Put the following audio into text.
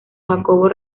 jacobo